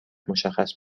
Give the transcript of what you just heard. مشخص